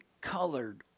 colored